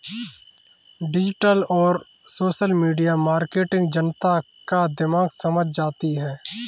digital और social media marketing जनता का दिमाग समझ जाती है